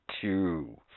two